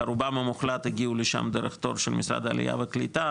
רובם המוחלט הגיעו לשם דרך תור של משרד העלייה והקליטה,